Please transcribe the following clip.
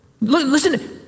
Listen